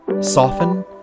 Soften